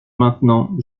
maintenant